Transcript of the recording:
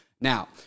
Now